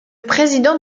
président